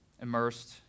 immersed